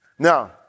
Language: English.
Now